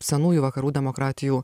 senųjų vakarų demokratijų